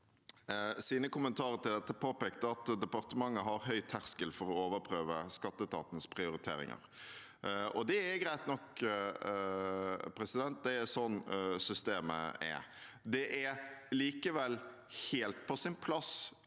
sine kommentarer til dette påpekt at departementet har høy terskel for å overprøve skatteetatens prioriteringer. Det er greit nok, det er sånn systemet er. Det er likevel helt på sin plass